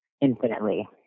infinitely